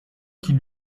qu’il